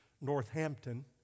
Northampton